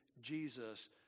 Jesus